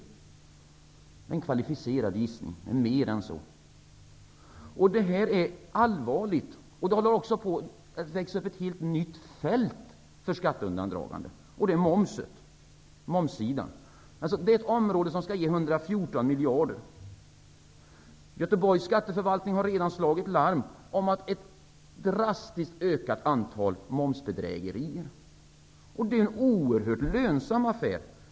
Det är en kvalificerad gissning -- och mer än så. Det här är allvarligt. Det håller också på att växa fram ett helt nytt fält för skatteundandragande. Det gäller momsen. Det är ett område som skall ge 114 miljarder. Göteborgs skatteförvaltning har redan slagit larm om att momsbedrägerierna har ökat drastiskt. Det är en oerhört lönsam affär.